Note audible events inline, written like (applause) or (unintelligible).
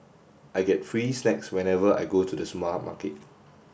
I get free snacks whenever I go to the (unintelligible)